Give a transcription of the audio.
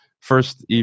first